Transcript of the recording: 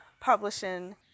publishing